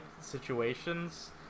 situations